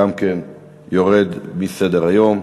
גם כן יורד מסדר-היום.